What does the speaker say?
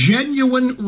Genuine